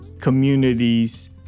communities